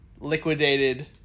liquidated